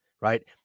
right